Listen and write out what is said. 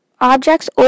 objects